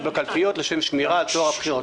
בקלפיות לשם שמירה על טוהר בחירות.